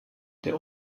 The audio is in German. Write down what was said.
der